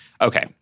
Okay